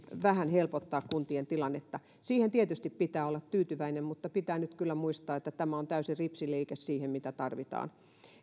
vähän helpottaa kuntien tilannetta siihen tietysti pitää olla tyytyväinen mutta pitää nyt kyllä muistaa että tämä on täysin ripsiliike suhteessa siihen mitä tarvitaan